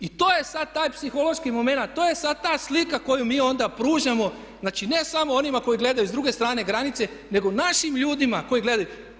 I to je sad taj psihološki moment, to je sad ta slika koju mi onda pružamo, znači ne samo onima koji gledaju s druge strane granice nego našim ljudima koji gledaju.